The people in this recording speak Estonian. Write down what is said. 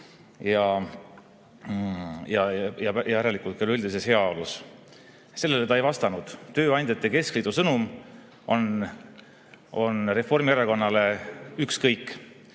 ja järelikult ka üldises heaolus. Sellele ta ei vastanud. Tööandjate keskliidu sõnum on Reformierakonnale ükskõik. Ma